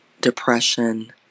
depression